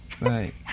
Right